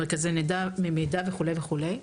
מרכזי מידע וכו'.